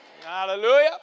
Hallelujah